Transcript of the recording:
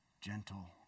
gentle